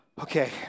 okay